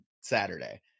Saturday